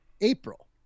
April